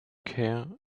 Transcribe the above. care